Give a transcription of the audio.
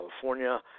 California